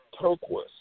turquoise